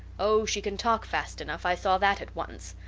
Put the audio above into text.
oh, she can talk fast enough. i saw that at once.